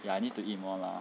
ya I need to eat more lah